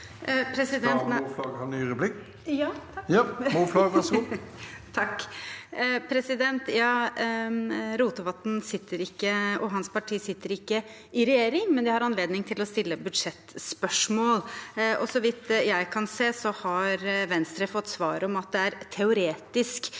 Rote- vatn og hans parti sitter ikke i regjering, men de har anledning til å stille budsjettspørsmål. Så vidt jeg kan se, har Venstre fått svar om at det er teoretisk